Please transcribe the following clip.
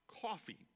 coffee